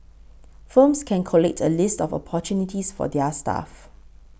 firms can collate a list of opportunities for their staff